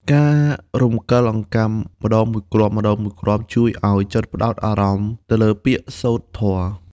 ការរំកិលអង្កាំម្តងមួយគ្រាប់ៗ ជួយឱ្យចិត្តផ្ដោតអារម្មណ៍ទៅលើពាក្យសូត្រធម៌។